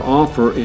offer